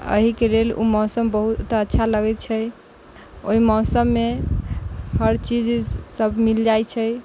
एहिके लेल ओ मौसम बहुत अच्छा लगै छै ओहि मौसममे हर चीज सब मिल जाइ छै